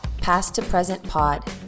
@PastToPresentPod